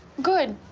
good.